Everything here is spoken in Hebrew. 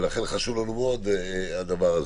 ולכן חשוב לנו מאוד הדבר הזה.